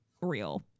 real